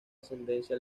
ascendencia